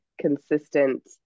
consistent